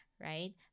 right